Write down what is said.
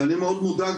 ואני מאוד מודאג,